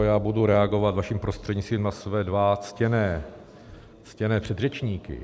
Já budu reagovat vaším prostřednictvím na své dva ctěné, ctěné, předřečníky.